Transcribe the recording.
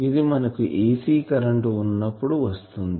ఇది మనకు AC current వున్నప్పుడు వస్తుంది